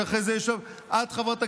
שאחרי זה, אבל אם